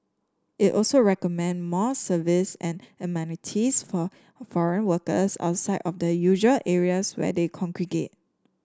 it also recommend more services and amenities for foreign workers outside of the usual areas where they congregate